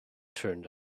turned